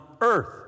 earth